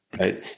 right